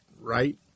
right